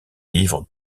livre